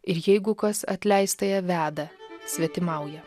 ir jeigu kas atleistąją veda svetimauja